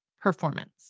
performance